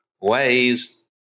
ways